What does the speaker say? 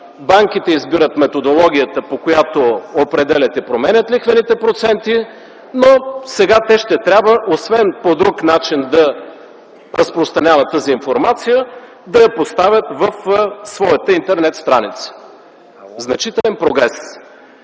банките избират методологията, по която определят и променят лихвените проценти, но сега те ще трябва, освен по друг начин да разпространяват тази информация, да я поставят на своята интернет страница. Значителен прогрес?!